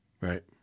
Right